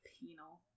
Penal